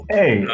Hey